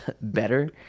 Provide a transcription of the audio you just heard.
better